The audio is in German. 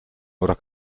oder